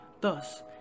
Thus